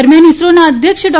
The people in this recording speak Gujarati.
દરમ્યાન ઇસરોના અધ્યક્ષ ડા